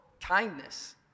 kindness